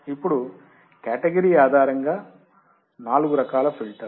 ఇప్పుడు కేటగిరీ ఆధారంగా నాలుగు రకాల ఫిల్టర్లు